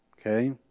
Okay